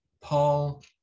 Paul